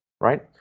Right